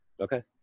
Okay